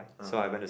(uh huh)